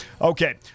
Okay